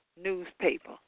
newspaper